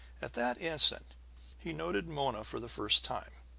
at that instant he noted mona for the first time.